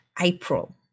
april